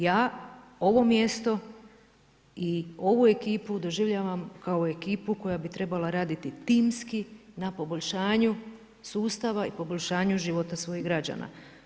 Ja ovo mjesto i ovu ekipu doživljavam kao ekipu koja bi trebala raditi timski na poboljšanju sustava i poboljšanju života svojih građana.